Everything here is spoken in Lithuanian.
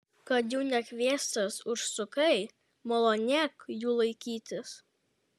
kad jau nekviestas užsukai malonėk jų laikytis